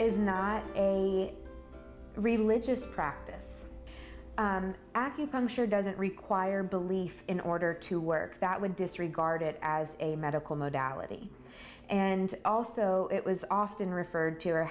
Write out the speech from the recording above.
night and religious practice acupuncture doesn't require belief in order to work that would disregard it as a medical modality and also it was often referred to or